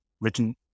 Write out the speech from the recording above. written